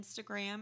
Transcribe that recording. Instagram